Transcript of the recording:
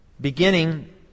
Beginning